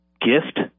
gift